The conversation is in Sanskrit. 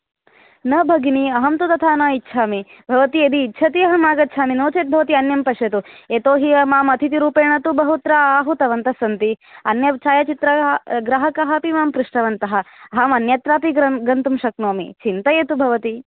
न भगिनि अहं तु तथा न इच्छामि भवती यदि इच्छति अहं आगमिष्यामि नो चेद् भवती अन्यं पश्यतु यतोहि माम अतिथिरुपेण तु बहुत्र आहूतवन्तः सन्ति अन्य छायाचित्रग्राहकाः अपि माम् पृष्टवन्तः अहम् अन्यत्रापि गन्तुं शक्नोमि चिन्तयतु भवती